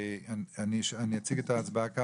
אני אציג את ההצבעה כך,